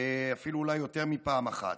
אפילו אולי יותר מפעם אחת.